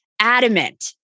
adamant